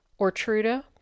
Ortruda